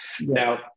Now